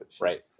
Right